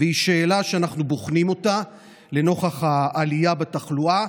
והיא שאלה שאנחנו בוחנים אותה לנוכח העלייה בתחלואה,